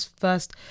First